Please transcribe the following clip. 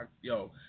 Yo